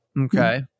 Okay